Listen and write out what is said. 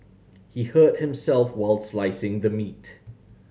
he hurt himself while slicing the meat